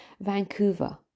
Vancouver